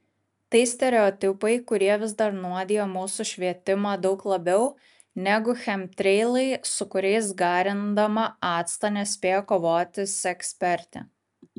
tai stereotipai kurie vis dar nuodija mūsų švietimą daug labiau negu chemtreilai su kuriais garindama actą nespėja kovoti sekspertė